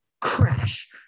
crash